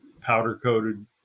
powder-coated